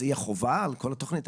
זה יהיה חובה על כל התוכנית?